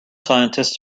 scientists